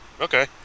Okay